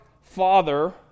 father